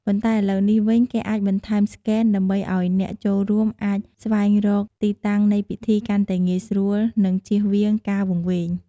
ប៉ុន្តែ ឥឡូវនេះវិញ គេអាចបន្ថែមស្កេន ដើម្បីឱ្យអ្នកចូលរួមអាចស្វែងរកទីតាំងនៃពិធីកាន់តែងាយស្រួល និង ជៀសវាងការវង្វេង។